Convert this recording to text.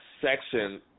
section